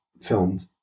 filmed